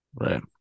Right